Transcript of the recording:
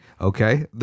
Okay